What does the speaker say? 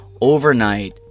overnight